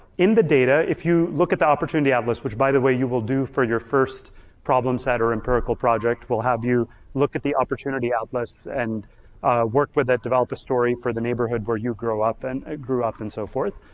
in the data, if you look at the opportunity atlas, which by the way you will do for your first problems at our empirical project, we'll have you look at the opportunity atlas and work with that, develop a story for the neighborhood where you grew up and ah grew up and so forth.